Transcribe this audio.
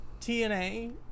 TNA